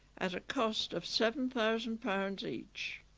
at a cost of seven thousand pounds each